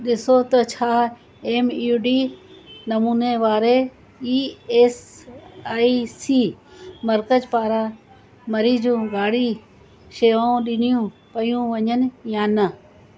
ॾिसो त छा एम ईयूडी नमूने वारे ई एस आई सी मर्कज़ु पारां मरीज़ु गाॾी शेवाऊं ॾिनियूं पियूं वञनि या न